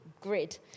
Grid